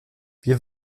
wir